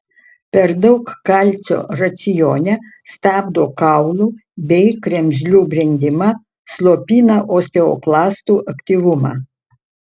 per daug kalcio racione stabdo kaulų bei kremzlių brendimą slopina osteoklastų aktyvumą